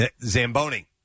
Zamboni